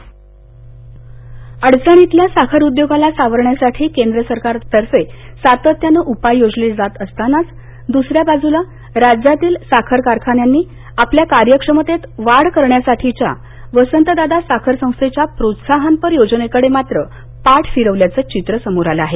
साखर अडचणीतील साखर उद्योगाला सावरण्यासाठी केंद्र सरकारतर्फे सातत्यानं उपाय योजले जात असताना दुसऱ्या बाजूला राज्यातील साखर कारखान्यांनी आपल्या कार्यक्षमतेत वाढ करण्यासाठीच्या वसंतदादा साखर संस्थेच्या प्रोत्साहनपर योजनेकडे मात्र पाठ फिरवल्याचंच चित्र समोर आलं आहे